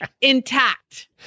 intact